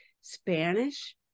Spanish